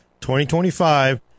2025